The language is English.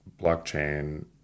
blockchain